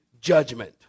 judgment